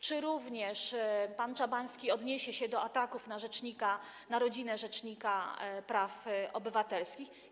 Czy pan Czabański odniesie się do ataków na rzecznika, na rodzinę rzecznika praw obywatelskich?